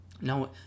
No